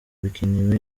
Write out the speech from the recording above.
bikini